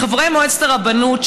חברי מועצת הרבנות,